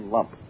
Lump